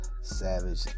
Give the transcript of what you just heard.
savage